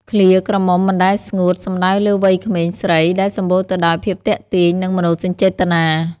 ឃ្លា «ក្រមុំមិនដែលស្ងួត» សំដៅលើវ័យក្មេងស្រីដែលសម្បូរទៅដោយភាពទាក់ទាញ និងមនោសញ្ចេតនា។